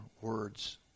words